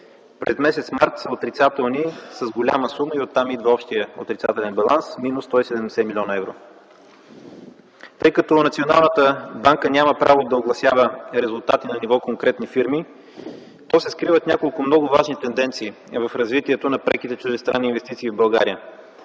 през март са отрицателни с голяма сума и оттам идва общият отрицателен баланс – минус 170 млн. евро. Тъй като Националната банка няма право да огласява резултати на ниво конкретни фирми, то се скриват няколко много важни тенденции в развитието на преките чуждестранни инвестиции в България.